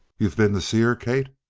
you've been to see her, kate?